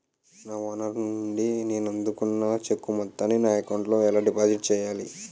నా ఓనర్ నుండి నేను అందుకున్న చెక్కు మొత్తాన్ని నా అకౌంట్ లోఎలా డిపాజిట్ చేయాలి?